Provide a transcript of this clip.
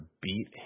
beat